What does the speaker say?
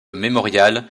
memorial